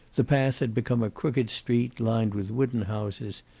the path had become a crooked street, lined with wooden houses,